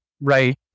right